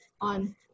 on